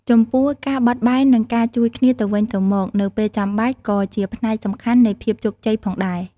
ចំពោះ ការបត់បែន និងការជួយគ្នាទៅវិញទៅមកនៅពេលចាំបាច់ ក៏ជាផ្នែកសំខាន់នៃភាពជោគជ័យផងដែរ។